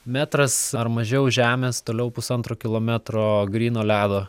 metras ar mažiau žemės toliau pusantro kilometro gryno ledo